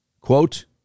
quote